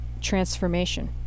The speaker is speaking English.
transformation